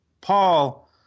Paul –